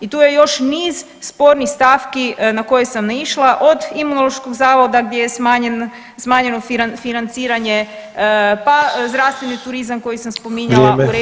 I tu je još niz spornih stavki na koje sam naišla, od Imunološkog zavoda gdje je smanjeno financiranje, pa zdravstveni turizam koji sam spominjala [[Upadica: Vrijeme]] u replici itd.